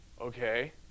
Okay